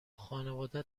خانواده